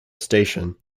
station